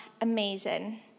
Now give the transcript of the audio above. amazing